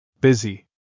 Busy